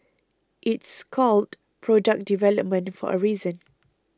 it's called product development for a reason